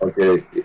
Okay